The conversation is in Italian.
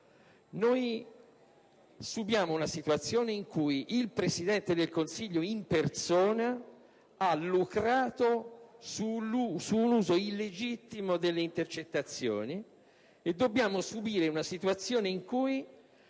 Noi subiamo una situazione in cui il Presidente del Consiglio in persona ha lucrato su un uso illegittimo delle intercettazioni e dobbiamo subire una situazione in cui